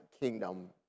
kingdom